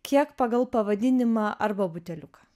kiek pagal pavadinimą arba buteliuką